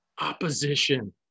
opposition